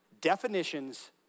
definitions